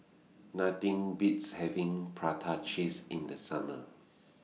Nothing Beats having Prata Cheese in The Summer